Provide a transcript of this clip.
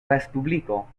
respubliko